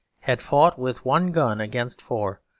had fought with one gun against four,